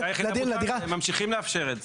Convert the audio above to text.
אבל הם ממשיכים לאפשר את זה.